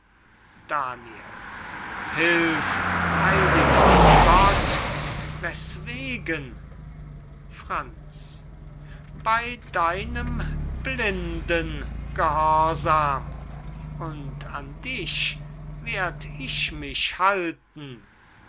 daniel hilf heiliger gott weswegen franz bey deinem blinden gehorsam und an dich werd ich mich halten